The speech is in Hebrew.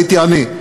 היה אני.